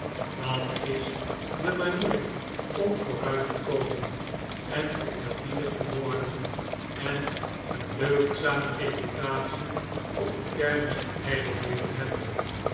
dat is de manier om vooruit te komen en geeerbiedigd te worden en een deugdzame reputatie op de kermis der ijdelheid te hebben